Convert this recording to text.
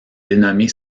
dénommée